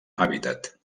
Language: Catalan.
hàbitat